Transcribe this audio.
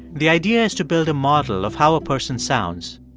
the idea is to build a model of how a person sounds.